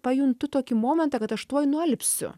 pajuntu tokį momentą kad aš tuoj nualpsiu